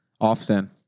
Often